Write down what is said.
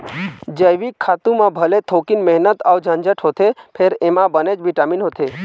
जइविक खातू म भले थोकिन मेहनत अउ झंझट होथे फेर एमा बनेच बिटामिन होथे